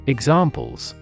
Examples